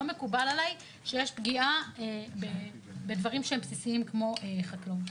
לא מקובל עליי שיש פגיעה בדברים בסיסים כמו חקלאות.